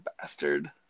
bastard